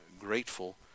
grateful